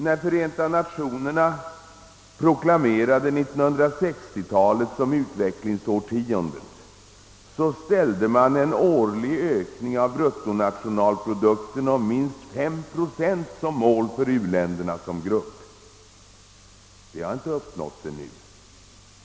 När Förenta Nationerna proklamerade 1960 talet som utvecklingsårtiondet, ställde man en årlig ökning av bruttonationalprodukten om minst 5 procent som mål för u-länderna som grupp. Det målet har inte uppnåtts ännu.